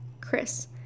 Chris